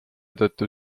tõttu